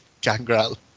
Gangrel